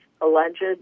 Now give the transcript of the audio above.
alleged